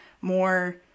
more